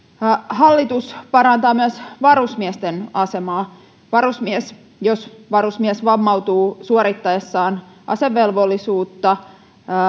hallitus parantaa myös varusmiesten asemaa jos varusmies vammautuu suorittaessaan asevelvollisuutta